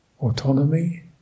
autonomy